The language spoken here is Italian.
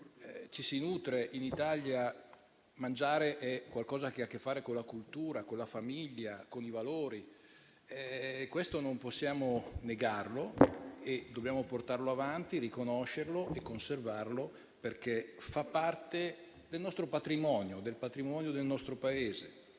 mentre in Italia il mangiare ha a che fare con la cultura, con la famiglia, con i valori. Questo non possiamo negarlo, dobbiamo portarlo avanti, riconoscerlo e conservarlo, perché fa parte del patrimonio del nostro Paese.